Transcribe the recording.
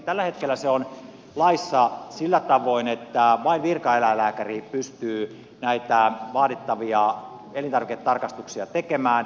tällä hetkellä se on laissa sillä tavoin että vain virkaeläinlääkäri pystyy näitä vaadittavia elintarviketarkastuksia tekemään